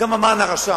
גם המן הרשע,